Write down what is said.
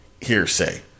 hearsay